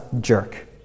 jerk